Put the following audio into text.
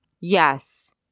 Yes